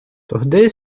тогди